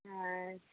अच्छा